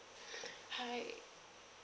hi